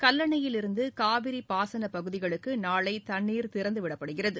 கல்லணையிலிருந்து காவிரி பாசனப் பகுதிகளுக்கு நாளை தண்ணீர் திறந்துவிடப்படுகிறது